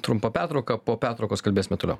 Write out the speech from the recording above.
trumpa pertrauka po pertraukos kalbėsime toliau